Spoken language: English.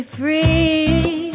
free